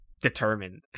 determined